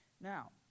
Now